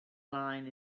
line